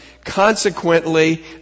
Consequently